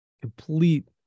complete